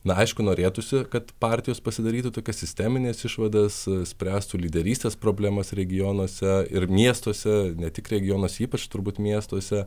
na aišku norėtųsi kad partijos pasidarytų tokias sistemines išvadas spręstų lyderystės problemas regionuose ir miestuose ne tik regionuose ypač turbūt miestuose